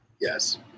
Yes